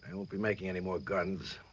they won't be making any more guns.